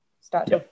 start